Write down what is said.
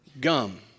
gum